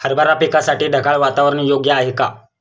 हरभरा पिकासाठी ढगाळ वातावरण योग्य आहे का?